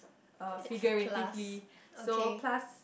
uh figuratively so plus